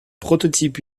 prototype